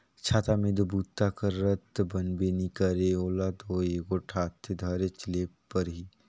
छाता मे दो बूता करत बनबे नी करे ओला दो एगोट हाथे धरेच ले परही